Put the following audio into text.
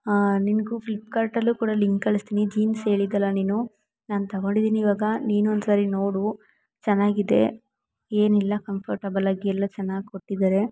ನಿನ್ಗು ಫ್ಲಿಪ್ಕಾರ್ಟಲ್ಲು ಕೂಡ ಲಿಂಕ್ ಕಳಿಸ್ತೀನಿ ಜೀನ್ಸ್ ಹೇಳಿದ್ಯಲ್ಲ ನೀನು ನಾನು ತಗೊಂಡಿದ್ದೀನಿ ಇವಾಗ ನೀನು ಒಂದುಸರಿ ನೋಡು ಚೆನ್ನಾಗಿದೆ ಏನಿಲ್ಲ ಕಂಫರ್ಟೇಬಲ್ಲಾಗಿ ಎಲ್ಲ ಚೆನ್ನಾಗಿ ಕೊಟ್ಟಿದ್ದಾರೆ